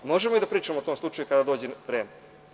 Možemo mi da pričamo o tom slučaju kada dođe vreme.